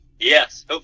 Yes